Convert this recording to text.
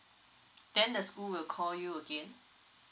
then the school will call you again